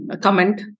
comment